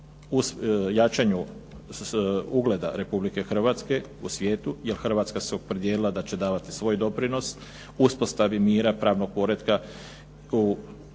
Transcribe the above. u jačanju ugleda Republike Hrvatske u svijetu jer Hrvatska se opredijelila da će davati svoj doprinos uspostavi mira, pravnog poretka u Europi